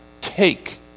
take